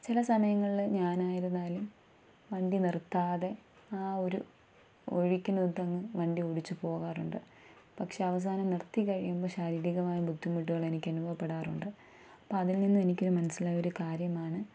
ചില സമയങ്ങളിൽ ഞാനായിരുന്നാലും വണ്ടി നിർത്താതെ ആ ഒരു ഒഴുക്കിലോട്ട് അങ്ങ് വണ്ടിയോടിച്ചു പോകാറുണ്ട് പക്ഷെ അവസാനം നിർത്തിക്കഴിഞ്ഞാൽ ശാരീരികമായ ബുദ്ധിമുട്ടുകൾ എനിക്ക് അനുഭവപ്പെടാറുണ്ട് അപ്പോ അതിൽ നിന്നും എനിക്ക് മനസ്സിലായ ഒരു കാര്യമാണ്